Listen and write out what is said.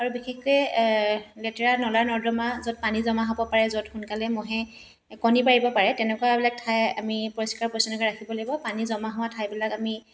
আৰু বিশেষকৈ লেতেৰা নলা নৰ্দমা য'ত পানী জমা হ'ব পাৰে য'ত সোনকালে মহে কণী পাৰিব পাৰে তেনেকুৱাবিলাক ঠাই আমি পৰিষ্কাৰ পৰিচ্ছন্নকৈ ৰাখিব লাগিব পানী জমা হোৱা ঠাইবিলাক আমি